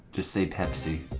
just say pepsi?